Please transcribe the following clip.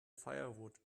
firewood